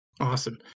Awesome